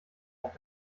auf